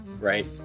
right